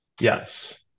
yes